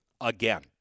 again